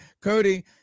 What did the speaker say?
Cody